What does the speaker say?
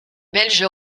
belges